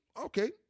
okay